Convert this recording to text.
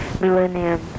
millennium